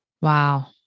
Wow